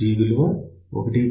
G విలువ 1